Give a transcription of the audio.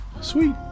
Sweet